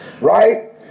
Right